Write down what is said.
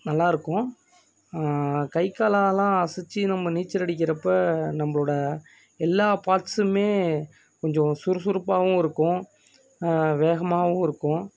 நல்லாயிருக்கும் கை காலைலாலாம் அசைச்சு நம்ம நீச்சல் அடிக்கிறப்போ நம்பளோடய எல்லா பார்ட்ஸுமே கொஞ்சம் சுறுசுறுப்பாகவும் இருக்கும் வேகமாகவும் இருக்கும்